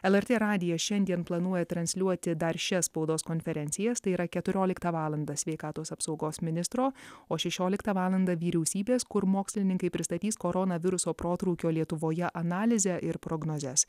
lrt radijas šiandien planuoja transliuoti dar šias spaudos konferencijas tai yra keturioliktą valandą sveikatos apsaugos ministro o šešioliktą valandą vyriausybės kur mokslininkai pristatys koronaviruso protrūkio lietuvoje analizę ir prognozes